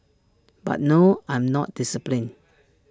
but no I'm not disciplined